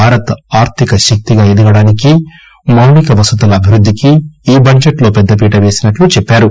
భారత్ ఆర్థిక శక్తిగా ఎదగడానికి మౌళిక వసతుల అభివృద్ధికి ఈ బడ్జెట్ లో పెద్ద పీట పేసినట్టు చెప్పారు